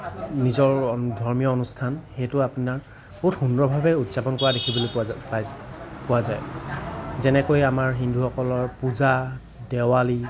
নিজৰ ধৰ্মীয় অনুষ্ঠান সেইটো আপোনাৰ বহুত সুন্দৰভাৱে উদযাপন কৰা দেখিবলৈ পোৱা যা পায় পোৱা যায় যেনেকৈ আমাৰ হিন্দুসকলৰ পূজা দেৱালী